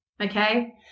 Okay